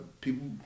people